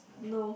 no